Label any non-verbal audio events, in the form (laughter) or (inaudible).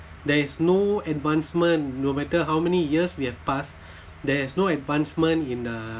there is no advancement no matter how many years we have passed (breath) there's no advancement in a